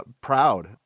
proud